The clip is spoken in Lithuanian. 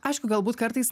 aišku galbūt kartais